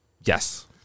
Yes